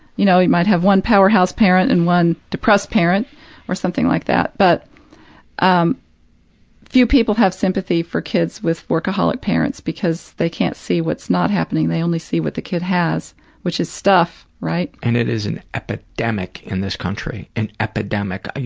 you know, you might have one powerhouse parent and one depressed parent or something like that, but um few people have sympathy for kids with workaholic parents because they can't see what's not happening, they only see what the kid has, which is stuff, right? and it is an epidemic in this country. an epidemic. you